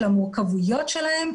של המורכבויות שלהם,